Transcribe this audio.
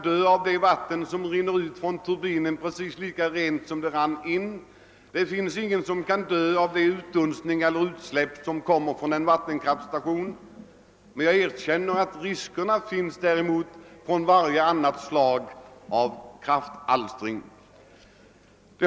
Det vatten som rinner ut från turbinerna är inte farligare än det som rinner in, och ingen kan dö av utdunstningar eller utsläpp från en vattenkraftstation, medan det finns risker med varje annat slag av kraftalstring.